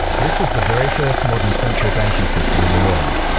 this was the very first modern central banking system in the world.